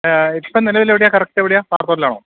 ഇപ്പം നിലവിൽ എവിടെയാണ് കറക്റ്റെവിടെയാണ് പാറത്തോട്ടിലാണോ